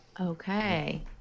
Okay